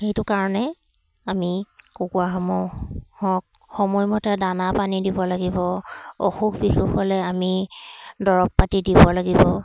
সেইটো কাৰণে আমি কুকুৰাসমূহক সময়মতে দানা পানী দিব লাগিব অসুখ বিসুখ হ'লে আমি দৰৱ পাতি দিব লাগিব